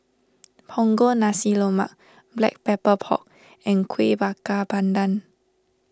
Punggol Nasi Lemak Black Pepper Pork and Kuih Bakar Pandan